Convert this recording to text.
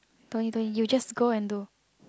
don't need don't need you just go and do